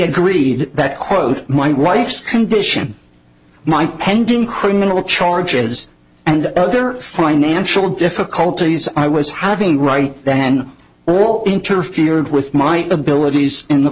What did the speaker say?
agreed that quote my wife's condition my pending criminal charges and other financial difficulties i was having right than all interfered with my abilities and th